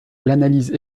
l’analyse